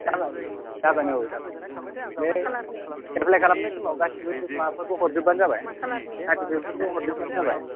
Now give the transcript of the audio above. जाबाय जागोन औ जागोन बे एप्लाइ खालामनाय समाव गासिबो डु माबाफोरखौ हरजोबबानो जाबाय चार्टिपिकेटखौ हरजोब्बानो जाबाय